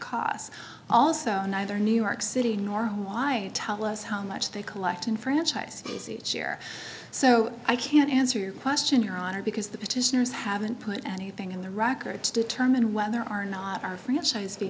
costs also neither new york city nor why tell us how much they collect in franchise is each year so i can't answer your question your honor because the petitioners haven't put anything on the rocker to determine whether or not our franchise the